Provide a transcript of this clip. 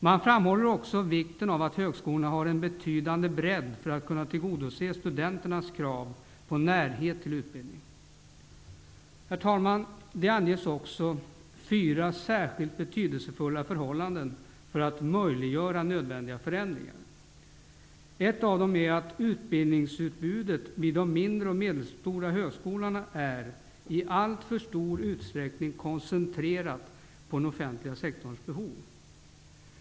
Man framhåller också ''vikten av att högskolorna har en betydande bredd för att kunna tillgodose studenternas krav på närhet till utbildning''. Herr talman! Det anges också fyra särskilt betydelsefulla förhållanden för att möjliggöra nödvändiga förändringar. Ett av dem är att utbildningsutbudet vid de mindre och medelstora högskolorna är ''i alltför stor utsträckning koncentrerat på den offentliga sektorns behov''.